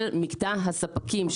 של מקטע הספקים,